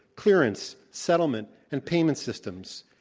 clearance, settlement and payment systems.